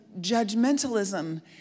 judgmentalism